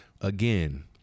Again